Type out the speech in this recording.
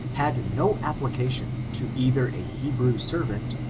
had no application to either a hebrew servant,